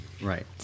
right